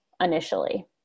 initially